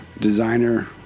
designer